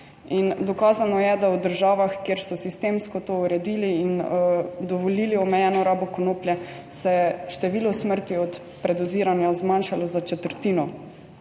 dokazano je, da v državah, kjer so sistemsko to uredili in dovolili omejeno rabo konoplje, se je število smrti od predoziranja zmanjšalo za četrtino.